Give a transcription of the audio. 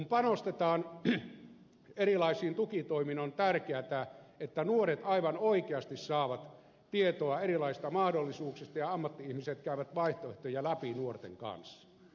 kun panostetaan erilaisiin tukitoimiin on tärkeätä että nuoret aivan oikeasti saavat tietoa erilaisista mahdollisuuksista ja ammatti ihmiset käyvät vaihtoehtoja läpi nuorten kanssa